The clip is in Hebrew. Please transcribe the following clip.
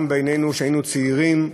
גם בעינינו, שהיינו צעירים,